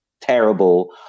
terrible